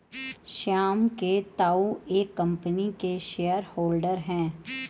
श्याम के ताऊ एक कम्पनी के शेयर होल्डर हैं